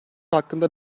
hakkında